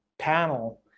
panel